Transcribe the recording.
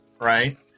right